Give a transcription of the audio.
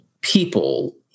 people